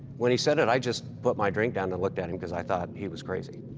when he said it, i just put my drink down and looked at him cause i thought he was crazy.